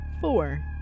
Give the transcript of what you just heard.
four